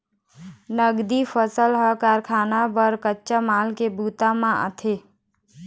नगदी फसल ह कारखाना बर कच्चा माल के बूता म आथे